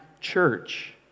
church